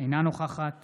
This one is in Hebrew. אינה נוכחת